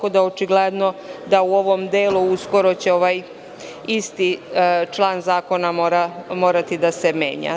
Očigledno da u ovom delu uskoro će isti član zakona morati da se menja.